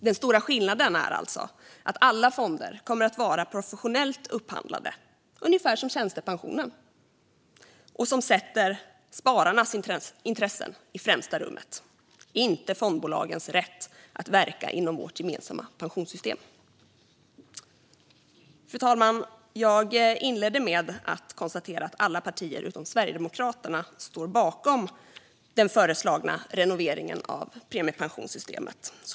Den stora skillnaden är alltså att alla fonder kommer att vara professionellt upphandlade, ungefär som för tjänstepensionen, och att man sätter spararnas intressen i främsta rummet och inte fondbolagens rätt att verka inom vårt gemensamma pensionssystem. Fru talman! Jag inledde med att konstatera att alla partier utom Sverigedemokraterna står bakom den föreslagna renoveringen av premiepensionssystemet.